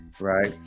right